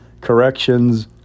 corrections